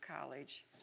college